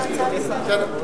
לא מסכימה, בסדר.